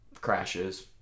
crashes